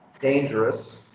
dangerous